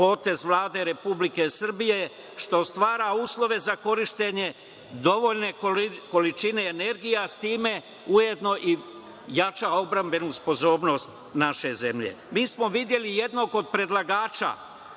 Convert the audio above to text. potez Vlade Republike Srbije što stvara uslove za korišćenje dovoljne količine energije, a time ujedno i jača odbrambenu sposobnost naše zemlje. Videli smo jednog od predlagača